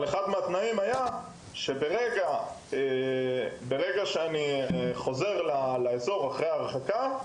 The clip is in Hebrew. אבל אחד מהתנאים היה שכאשר אני חוזר לחווה אחרי ההרחקה,